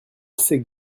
assez